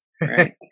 right